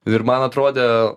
ir man atrodė